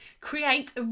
create